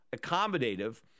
accommodative